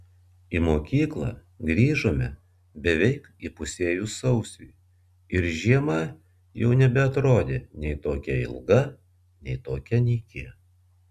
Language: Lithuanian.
į mokyklą grįžome beveik įpusėjus sausiui ir žiema jau nebeatrodė nei tokia ilga nei tokia nyki